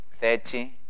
thirty